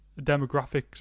demographics